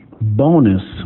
bonus